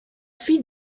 fille